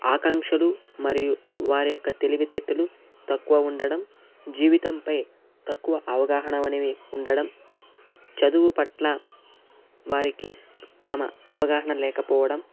ఆకాంక్షలు మరియు వారి యొక్క తెలివితేటలు తక్కువ ఉండటం జీవితంపై తక్కువ అవగాహన అనేది ఉండటం చదువు పట్ల వారికి తమ అవగాహన లేకపోవడం